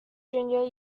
junior